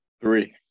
Three